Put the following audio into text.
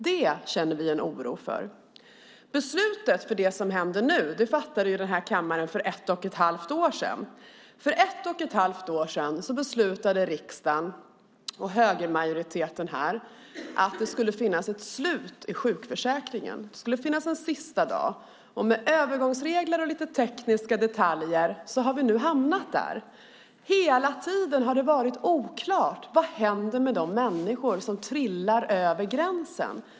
Det känner vi en oro för. Beslutet som gäller det som händer nu fattade den här kammaren för ett och ett halvt år sedan. För ett och ett halvt år sedan beslutade riksdagen och högermajoriteten att det skulle finnas ett slut i sjukförsäkringen. Det skulle finnas en sista dag. Med övergångsregler och lite tekniska detaljer har vi nu hamnat där. Hela tiden har det varit oklart vad som händer med de människor som trillar över gränsen.